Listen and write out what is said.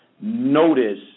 notice